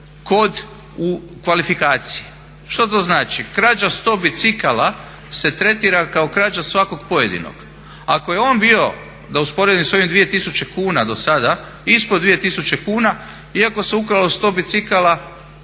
kod, u kvalifikaciji. Što to znači? Krađa 100 bicikala se tretira kao krađa svakog pojedinog. Ako je on bio da usporedim sa ovim 2000 kuna do sada ispod 2000 kuna, iako se ukralo 100 bicikala